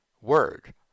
word